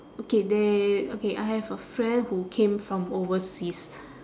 okay there okay I have a friend who came from overseas